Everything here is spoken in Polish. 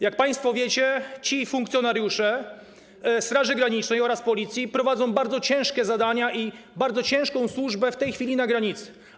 Jak państwo wiecie, funkcjonariusze Straży Granicznej oraz Policji wykonują bardzo ciężkie zadania i bardzo ciężką służbę w tej chwili na granicy.